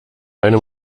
einem